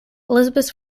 elizabeth